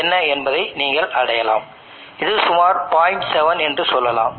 எனவே பின்வரும் அனுமானத்தைப் பயன்படுத்துவோம்